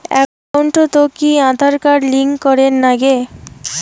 একাউন্টত কি Aadhaar card link করের নাগে?